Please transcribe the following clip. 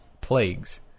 plagues